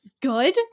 good